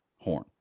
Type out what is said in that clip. Horn